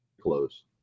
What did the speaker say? close